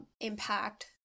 impact